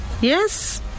Yes